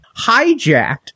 hijacked